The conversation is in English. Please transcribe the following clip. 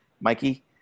Mikey